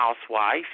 housewife